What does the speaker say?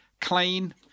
clean